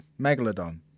Megalodon